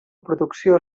producció